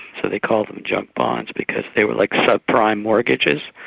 so they called them junk bonds because they were like sub prime mortgages,